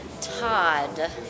Todd